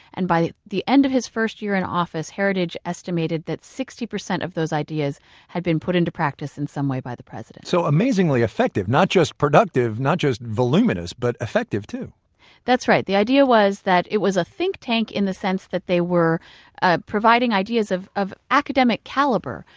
and by the end of his first year in office, heritage estimated that sixty percent of those ideas had been put into practice in some way by the president so, amazingly effective not just productive, not just voluminous, but effective, too that's right. the idea was that it was a think tank in the sense that they were ah providing ideas of of academic caliber,